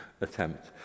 attempt